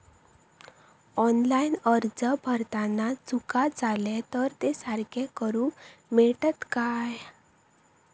Online अर्ज भरताना चुका जाले तर ते सारके करुक मेळतत काय?